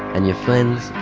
and your friends